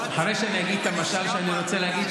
אחרי שאני אגיד את המשל שאני רוצה להגיד,